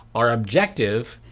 our objective,